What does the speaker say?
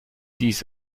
dies